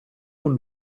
con